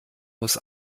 muss